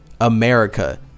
America